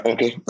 Okay